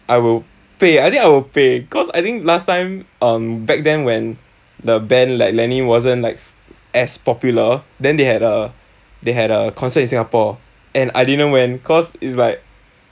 I will pay I think I will pay cause I think last time um back then when the band like lenny wasn't like as popular then they had like a they had a concert in Singapore and I didn't went cause it's like